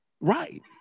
Right